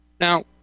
Now